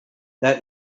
that